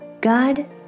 God